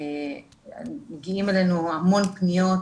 מגיעות אלינו המון פניות,